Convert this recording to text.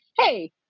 hey